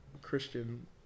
Christian